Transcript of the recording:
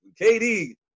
KD